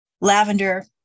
Lavender